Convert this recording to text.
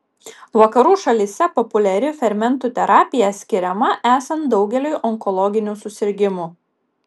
vakarų šalyse populiari fermentų terapija skiriama esant daugeliui onkologinių susirgimų